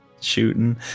shooting